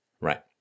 Right